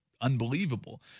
unbelievable